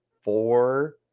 four